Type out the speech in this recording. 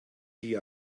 die